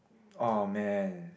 oh man